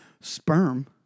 sperm